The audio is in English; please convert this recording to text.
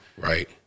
Right